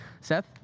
Seth